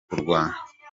kurwana